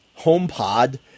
HomePod